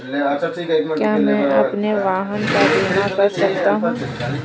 क्या मैं अपने वाहन का बीमा कर सकता हूँ?